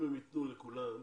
אם הם ייתנו לכולם,